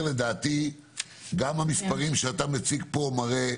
- לדעתי גם המספרים שאתה מציג פה מראים